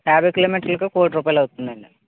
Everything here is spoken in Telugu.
యాభై కిలోమీటర్లకు కోటి రూపాయలు అవుతుందండి